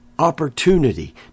opportunity